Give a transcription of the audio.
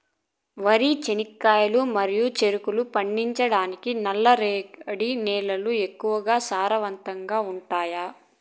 వరి, చెనక్కాయలు మరియు చెరుకు పండించటానికి నల్లరేగడి నేలలు ఎక్కువగా సారవంతంగా ఉంటాయా?